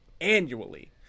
annually